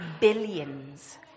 billions